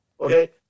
Okay